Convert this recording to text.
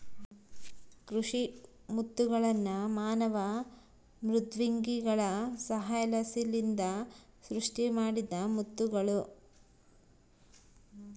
ಕೃಷಿ ಮುತ್ತುಗಳ್ನ ಮಾನವ ಮೃದ್ವಂಗಿಗಳ ಸಹಾಯಲಿಸಿಂದ ಸೃಷ್ಟಿಮಾಡಿದ ಮುತ್ತುಗುಳು